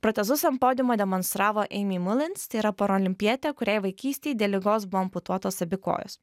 protezus ant podiumo demonstravo eimy mulins tai yra paralimpietė kuriai vaikystėj dėl ligos buvo amputuotos abi kojos